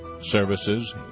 services